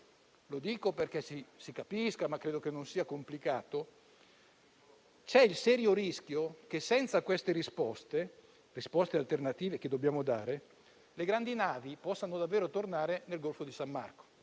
Lo dico perché si capisca, ma credo che non sia complicato: il tema è che c'è il serio rischio che, senza le risposte alternative che dobbiamo dare, le grandi navi possano davvero tornare nel golfo di San Marco